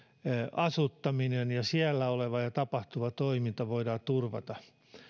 asuttaminen ja siellä oleva ja tapahtuva toiminta voidaan turvata